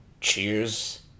Cheers